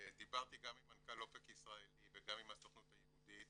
דיברתי גם עם מנכ"ל "אופק ישראלי" וגם עם הסוכנות היהודית